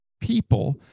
people